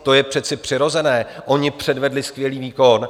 To je přece přirozené, oni předvedli skvělý výkon.